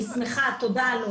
תודה.